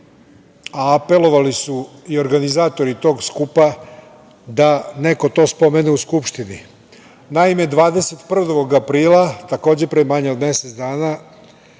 a apelovali su i organizatori tog skupa da neko to spomene u Skupštini. Naime, 21. aprila, takođe pre manje od mesec dana,